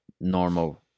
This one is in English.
normal